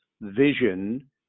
vision